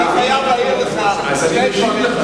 אני חייב להעיר לך שני דברים.